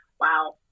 Wow